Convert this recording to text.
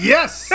Yes